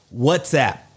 Whatsapp